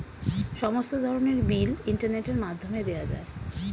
সমস্ত ধরনের বিল ইন্টারনেটের মাধ্যমে দেওয়া যায়